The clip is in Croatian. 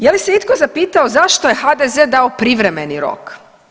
Je li se itko zapitao zašto je HDZ dao privremeni rok?